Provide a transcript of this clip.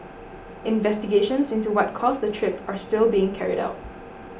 investigations into what caused the trip are still being carried out